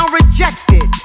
rejected